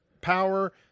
power